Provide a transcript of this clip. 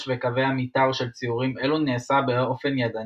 וקווי המתאר של ציורים אלו נעשה באופן ידני.